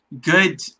good